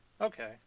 Okay